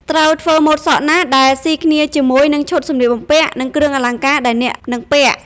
ត្រូវធ្វើម៉ូតសក់ណាដែលស៊ីគ្នាជាមួយនឹងឈុតសម្លៀកបំពាក់ និងគ្រឿងអលង្ការដែលអ្នកនឹងពាក់ ។